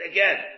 Again